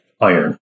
iron